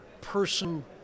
person